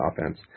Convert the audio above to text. offense